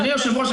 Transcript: אדוני היושב-ראש,